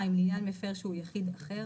לעניין מפר שהוא יחיד אחר